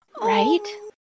Right